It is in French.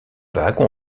vagues